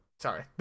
Sorry